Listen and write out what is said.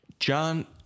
John